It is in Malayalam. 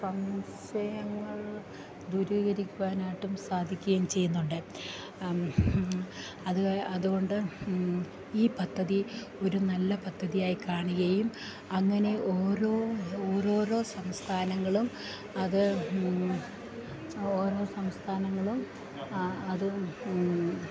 സംശയങ്ങൾ ദുരീകരിക്കുവാനായിട്ടും സാധിക്കുകയും ചെയ്യുന്നുണ്ട് അതുകൊണ്ട് ഈ പദ്ധതി ഒരു നല്ല പദ്ധതിയായി കാണുകയും അങ്ങനെ ഓരോ സംസ്ഥാനങ്ങളും അത്